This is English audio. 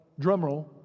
drumroll